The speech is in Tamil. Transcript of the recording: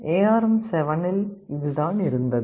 ஏஆர்எம் 7 இல் இதுதான் இருந்தது